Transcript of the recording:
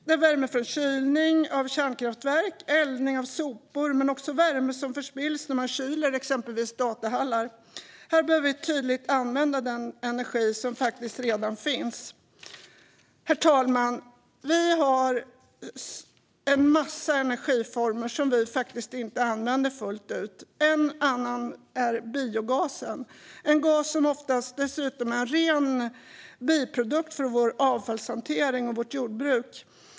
Det är värme från kylning av kärnkraftverk och eldning av sopor men också värme som förspills när man kyler exempelvis datahallar. Det är tydligt att vi behöver använda den energi som redan finns. Herr talman! Vi har massor av energiformer som vi faktiskt inte använder fullt ut. En sådan är biogasen, en gas som dessutom ofta är en ren biprodukt från vår avfallshantering och vårt jordbruk.